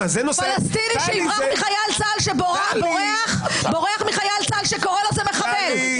פלסטיני שיברח מחייל צה"ל שקורא לו זה מחבל,